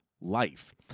Life